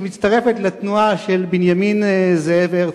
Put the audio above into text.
מצטרפת לתנועה של בנימין זאב הרצל.